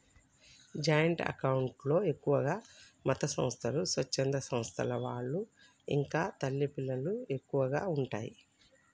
joint account లో ఎక్కువగా మతసంస్థలు, స్వచ్ఛంద సంస్థల వాళ్ళు ఇంకా తల్లి పిల్లలకు ఎక్కువగా ఉంటయ్